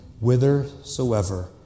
whithersoever